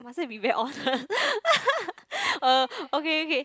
must it be very honest uh okay okay